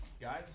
guys